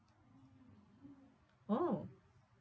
!wow!